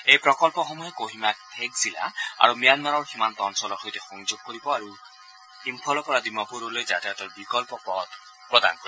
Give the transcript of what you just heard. এই প্ৰকল্পসমূহে কোহিমাক ফেক জিলা আৰু ম্যানমাৰৰ সীমান্ত অঞ্চলৰ সৈতে সংযোগ কৰিব আৰু ইম্ফলৰ পৰা ডিমাপুৰলৈ যাতায়াতাৰ বিকল্প পথ প্ৰদান কৰিব